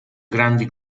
grandi